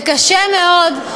זה קשה מאוד,